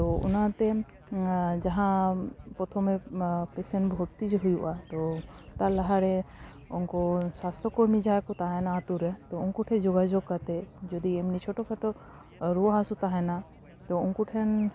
ᱛᱚ ᱚᱱᱟᱛᱮᱢ ᱡᱟᱦᱟᱸ ᱯᱨᱚᱛᱷᱚᱢ ᱯᱮᱥᱮᱱ ᱵᱷᱚᱨᱛᱤ ᱡᱮ ᱦᱩᱭᱩᱜᱼᱟ ᱛᱚ ᱛᱟᱨᱞᱟᱦᱟᱨᱮ ᱩᱱᱠᱩ ᱥᱟᱥᱛᱚ ᱠᱚᱨᱢᱤ ᱡᱟᱦᱟᱸᱭ ᱠᱚ ᱛᱟᱦᱮᱸᱱᱟ ᱟᱹᱛᱩᱨᱮ ᱛᱚ ᱩᱱᱠᱩᱴᱷᱮᱱ ᱡᱳᱜᱟᱡᱳᱜᱽ ᱠᱟᱛᱮᱫ ᱡᱩᱫᱤ ᱮᱢᱱᱤ ᱪᱷᱳᱴᱳ ᱠᱷᱟᱴᱳ ᱨᱩᱣᱟᱹ ᱦᱟᱥᱩ ᱛᱟᱦᱮᱸᱱᱟ ᱛᱚ ᱩᱱᱠᱩᱴᱷᱮᱱ